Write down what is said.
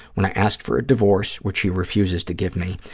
when i asked for a divorce, which he refuses to give me,